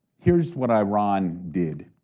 here's what iran did.